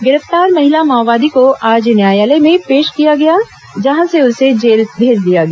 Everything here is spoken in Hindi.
गिरफ्तार महिला माओवादी को आज न्यायालय में पेश किया गया जहां से उसे जेल भेज दिया गया